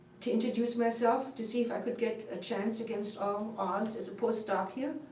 to introduce myself, to see if i could get a chance against all odds as a postdoc here.